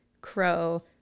crow